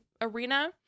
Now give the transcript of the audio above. arena